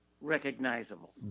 recognizable